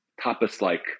tapas-like